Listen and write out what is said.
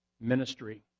ministry